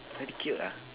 very cute ah